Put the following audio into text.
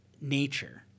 nature